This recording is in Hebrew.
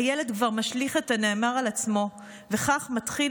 הילד כבר משליך את הנאמר על עצמו וכך מתחיל